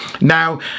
Now